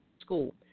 school